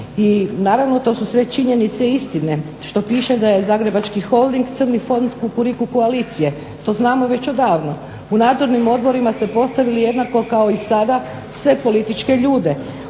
i naravno to su sve činjenice i istine što piše da je Zagrebački holding crni fond Kukuriku koalicije, to znamo već odavno. U nadzornim odborima ste postavili jednako kao i sada sve političke ljude.